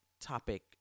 topic